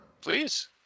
Please